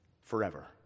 forever